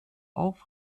auf